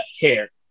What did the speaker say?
hair